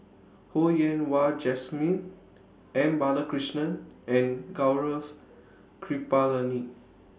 Ho Yen Wah Jesmine M Balakrishnan and Gaurav Kripalani